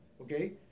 okay